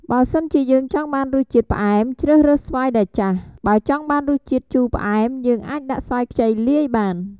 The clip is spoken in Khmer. បើសិនជាយើងចង់បានរស់ជាតិផ្អែម ជ្រើសរើសស្វាយដែលចាស់ បើចង់បានរសជាតិជូផ្អែមយើងអាចដាក់ស្វាយខ្ចីលាយបាន។